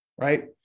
right